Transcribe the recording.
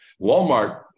Walmart